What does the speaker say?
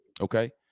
Okay